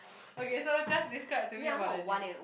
okay so just describe to me about that date